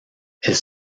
elles